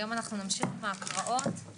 היום נמשיך בהקראות,